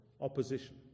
opposition